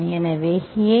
எனவே ஏன்v